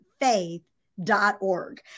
faith.org